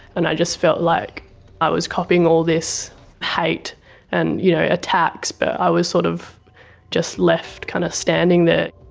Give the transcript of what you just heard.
and i just felt like i was copping all this hate and you know attacks but i was sort of just left kind of standing there.